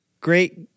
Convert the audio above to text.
great